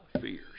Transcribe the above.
fears